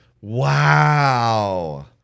Wow